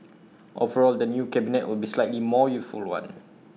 overall the new cabinet will be slightly more youthful one